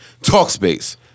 Talkspace